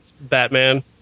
batman